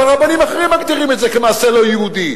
אבל רבנים אחרים מגדירים את זה כמעשה לא יהודי.